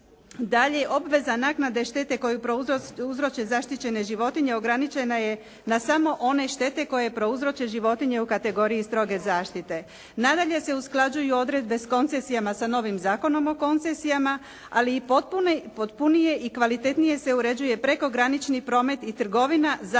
Dalje, obveza naknade štete koju prouzroče zaštićene životinje ograničena je na samo one štete koje prouzroče životinje u kategoriji stroge zaštite. Nadalje se usklađuju odredbe s koncesijama sa novim Zakonom o koncesijama, ali i potpunije i kvalitetnije se uređuje prekogranični promet i trgovina zaštićenim